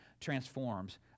transforms